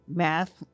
math